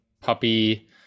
puppy